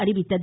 அறிவித்தது